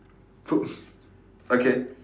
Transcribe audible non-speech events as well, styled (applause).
foot~ (breath) okay